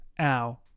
ow